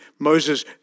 Moses